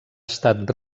estat